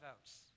votes